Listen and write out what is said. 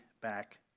back